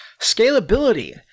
Scalability